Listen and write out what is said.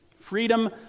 Freedom